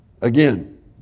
Again